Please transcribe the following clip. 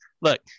look